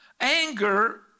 anger